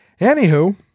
Anywho